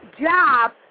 job